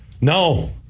No